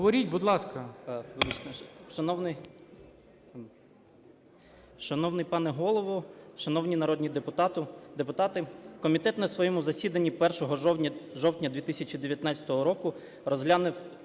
Шановний пане Голово, шановні народні депутати, комітет на своєму засідання 1 жовтня 2019 року розглянув